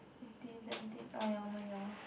fifteen seventeen oh ya one more year